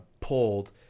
pulled